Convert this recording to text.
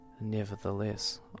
nevertheless